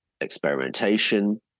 experimentation